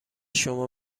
شما